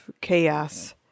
chaos